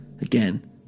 again